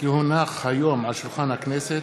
כי הונח היום על שולחן הכנסת